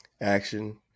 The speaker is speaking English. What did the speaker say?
Action